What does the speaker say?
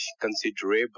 considerable